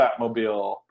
Batmobile